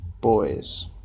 Boys